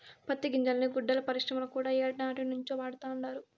పత్తి గింజల్ని గుడ్డల పరిశ్రమల కూడా ఏనాటినుంచో వాడతండారు